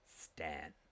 Stan